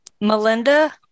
Melinda